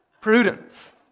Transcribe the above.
Prudence